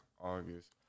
August